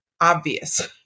obvious